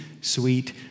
sweet